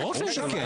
ברור שכן.